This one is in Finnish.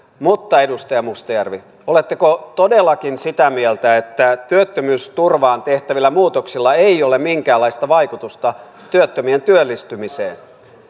mutta edustaja mustajärvi oletteko todellakin sitä mieltä että työttömyysturvaan tehtävillä muutoksilla ei ole minkäänlaista vaikutusta työttömien työllistymiseen